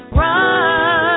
right